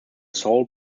saul